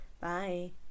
bye